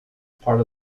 part